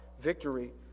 victory